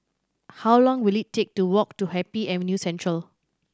how long will it take to walk to Happy Avenue Central